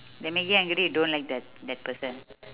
they make you angry you don't like that that person